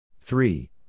Three